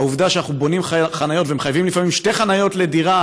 העובדה שאנחנו בונים חניות ומחייבים לפעמים שתי חניות לדירה